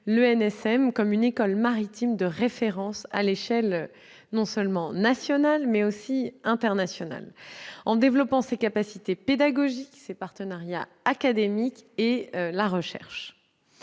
l'ENSM comme une école maritime de référence à l'échelle tant nationale qu'internationale, en développant ses capacités pédagogiques, ses partenariats académiques et la recherche.